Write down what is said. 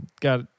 got